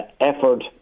effort